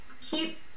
keep